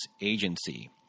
agency